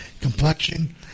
complexion